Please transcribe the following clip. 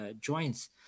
joints